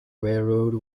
railroad